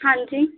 ਹਾਂਜੀ